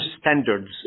standards